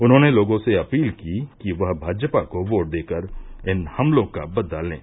उन्हॉने लोगों से अपील की कि वह भाजपा को वोट देकर इन हमलों का बदला लें